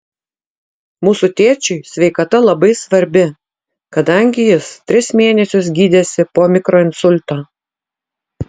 mūsų tėčiui sveikata labai svarbi kadangi jis tris mėnesius gydėsi po mikroinsulto